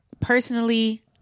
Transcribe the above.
personally